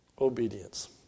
obedience